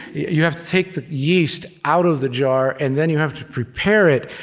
you have to take the yeast out of the jar and then, you have to prepare it.